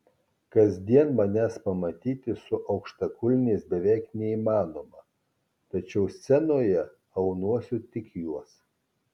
kasdien manęs pamatyti su aukštakulniais beveik neįmanoma tačiau scenoje aunuosi tik juos